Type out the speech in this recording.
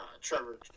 Trevor